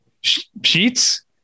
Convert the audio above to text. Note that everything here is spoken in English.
sheets